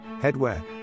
headwear